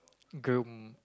groom